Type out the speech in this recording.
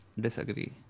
disagree